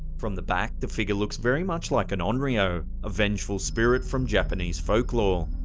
from the back, the figure looks very much like an onryo, a vengeful spirit from japanese folk law.